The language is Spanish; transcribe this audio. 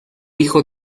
hijo